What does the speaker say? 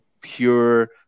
pure